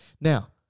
Now